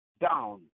down